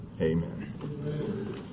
amen